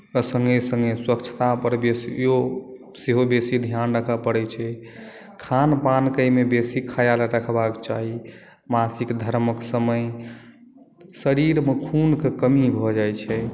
सङ्गे सङ्गे स्वच्छतापर बेसियो सेहो बेसी ध्यान राखऽ पड़ैत छै खान पानक एहिमे बेसी ख्याल रखबाक चाही मासिक धर्मक समय शरीरमे खूनक कमी भऽ जाइत छै